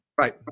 Right